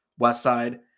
Westside